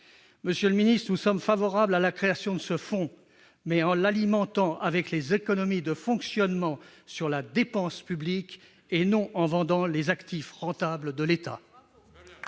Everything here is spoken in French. Monsieur le ministre, nous sommes favorables à la création de ce fonds, mais en l'alimentant avec les économies de fonctionnement sur la dépense publique et non en vendant les actifs rentables de l'État.